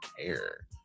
care